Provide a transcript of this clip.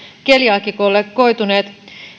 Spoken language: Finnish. keliaakikolle koituneet